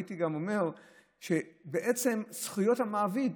הייתי גם אומר שבעצם זכויות המעביד,